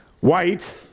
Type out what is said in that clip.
white